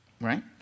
right